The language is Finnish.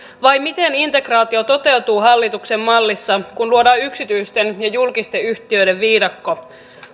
vai miten integraatio toteutuu hallituksen mallissa kun luodaan yksityisten ja julkisten yhtiöiden viidakko